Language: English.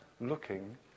Looking